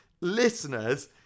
listeners